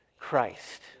Christ